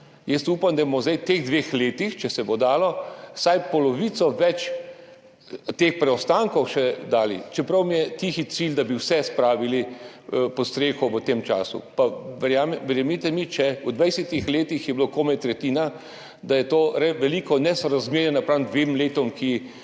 Upam, da bomo zdaj v teh dveh letih, če se bo dalo, vsaj polovico več teh preostankov še dali, čeprav mi je tihi cilj, da bi vse spravili pod streho v tem času. Pa verjemite mi, če je bila v 20 letih komaj tretjina, da je to veliko nesorazmerje napram dvema letoma, v